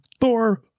Thor